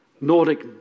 Nordic